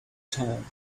town